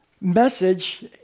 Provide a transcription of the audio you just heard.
message